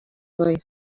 boy